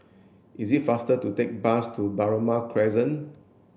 it is faster to take the bus to Balmoral Crescent